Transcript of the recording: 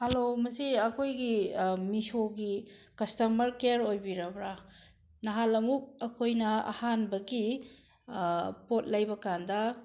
hello ꯃꯁꯤ ꯑꯩꯈꯣꯏꯒꯤ ꯃꯤꯁꯣꯒꯤ ꯀꯁꯇꯃꯔ ꯀꯤꯌꯥꯔ ꯑꯣꯏꯕꯤꯔꯕ꯭ꯔ ꯅꯍꯥꯟ ꯑꯃꯨꯛ ꯑꯩꯈꯣꯏꯅ ꯑꯍꯥꯟꯕꯒꯤ ꯄꯣꯠ ꯂꯩꯕ ꯀꯥꯟꯗ